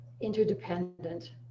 interdependent